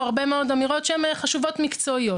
הרבה מאוד אמירות שהן חשובות מקצועיות,